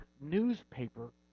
newspaper